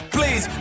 Please